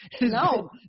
No